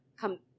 Come